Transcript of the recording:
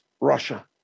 Russia